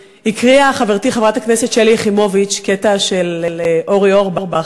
חברתי חברת הכנסת שלי יחימוביץ הקריאה קטע של אורי אורבך,